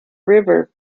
river